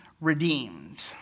redeemed